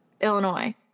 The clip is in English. Illinois